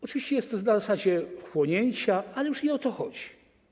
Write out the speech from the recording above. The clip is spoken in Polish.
Oczywiście jest to na zasadzie wchłonięcia, ale już nie o to chodzi.